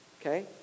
Okay